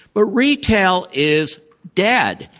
but retail is dead.